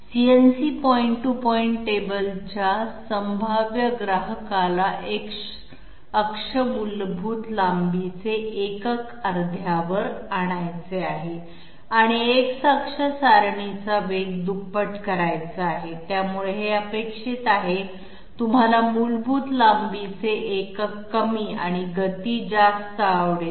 CNC point to point टेबलच्या संभाव्य ग्राहकाला X अक्ष मूलभूत लांबीचे एकक अर्ध्यावर आणायचे आहे आणि X अक्ष सारणीचा वेग दुप्पट करायचा आहे त्यामुळे हे अपेक्षित आहे तुम्हाला मूलभूत लांबीचे एकक कमी आणि गती जास्त आवडेल